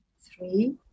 three